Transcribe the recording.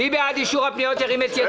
מי בעד אישור הפניות, ירים את ידו.